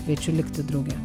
kviečiu likti drauge